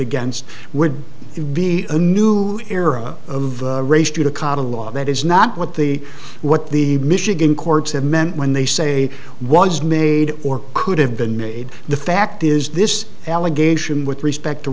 against would be a new era of race judicata law that is not what the what the michigan courts have meant when they say was made or could have been made the fact is this allegation with respect